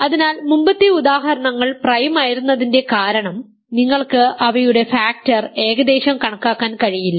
അതിനാൽ മുമ്പത്തെ ഉദാഹരണങ്ങൾ പ്രൈമായിരുന്നതിന്റെ കാരണം നിങ്ങൾക്ക് അവയുടെ ഫാക്ടർ ഏകദേശം കണക്കാക്കാൻ കഴിയില്ല